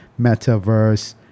Metaverse